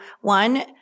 one